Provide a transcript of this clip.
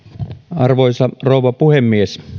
arvoisa rouva puhemies